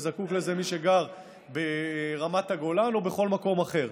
וזקוק לזה מי שגר ברמת הגולן או בכל מקום אחר.